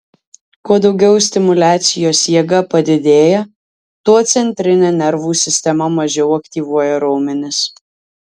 kuo daugiau stimuliacijos jėga padidėja tuo centrinė nervų sistema mažiau aktyvuoja raumenis